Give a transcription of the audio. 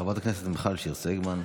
חברת הכנסת מיכל שיר סגמן.